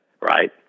right